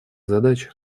задач